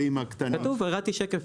כתוב, הראיתי שקף.